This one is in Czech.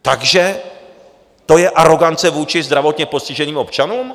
Takže to je arogance vůči zdravotně postiženým občanům?